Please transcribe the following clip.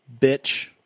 Bitch